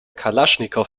kalaschnikow